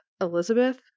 Elizabeth